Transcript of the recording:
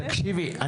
תקשיבי,